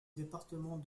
département